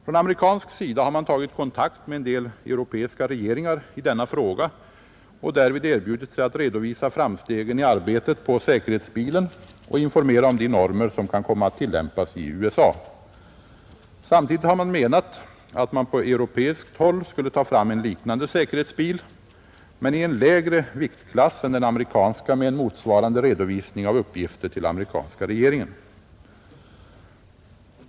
Från amerikansk sida har man tagit kontakt med en del europeiska regeringar i denna fråga och därvid erbjudit sig att redovisa framstegen i arbetet på säkerhetsbilen och informera om de normer som kan komma att tillämpas i USA. Samtidigt har man menat att på europeiskt håll skulle tas fram en liknande säkerhetsbil, men i en lägre viktklass än den amerikanska, med en motsvarande redovisning av uppgifter till amerikanska regeringen.